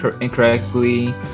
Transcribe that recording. incorrectly